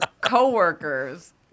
co-workers